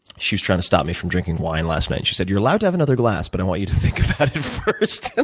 she was trying to stop me from drinking wine last night and she said, you're allowed to have another glass but i want you to think about it first,